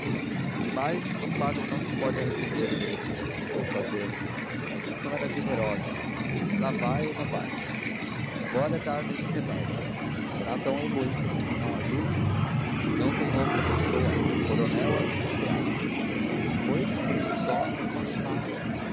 demais um padre não se pode arrepender do beneficio que tentou fazer a intenção era generosa mas o que lá vai lá vai agora é dar-nos remédio será tão egoísta que me não ajude não tenho outra pessoa o coronel é um estonteado e depois por mim só não faço nada